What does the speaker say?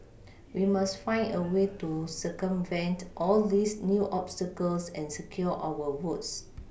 we must find a way to circumvent all these new obstacles and secure our votes